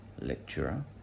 lecturer